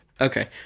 Okay